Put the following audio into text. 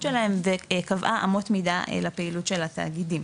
שלהם וקבעה אמות מידה לפעילות של התאגידים.